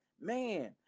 man